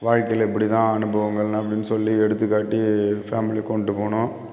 வாழ்க்கையில் இப்படி தான் அனுபவங்கள் அப்படின்னு சொல்லி எடுத்துக்காட்டி ஃபேமிலியை கொண்டு போகணும்